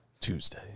Tuesday